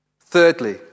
Thirdly